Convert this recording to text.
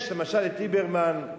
יש למשל ליברמן,